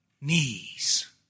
knees